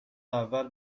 اول